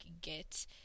get